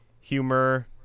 humor